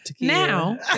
Now